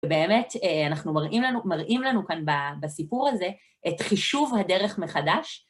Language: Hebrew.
ובאמת, אנחנו מראים לנו כאן בסיפור הזה את חישוב הדרך מחדש.